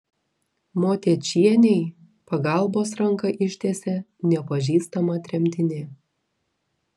motiečienei pagalbos ranką ištiesė nepažįstama tremtinė